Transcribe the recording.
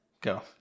go